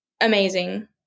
amazing